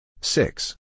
Six